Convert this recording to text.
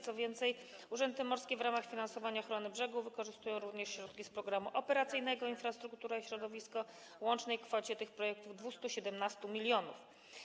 Co więcej, urzędy morskie w ramach finansowania ochrony brzegów wykorzystują również środki z Programu Operacyjnego „Infrastruktura i środowisko” w łącznej kwocie dla tych projektów 217 mln.